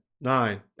nine